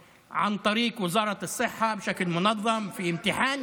גם במקצוע עוזר רופא וגם במקצוע הדימות,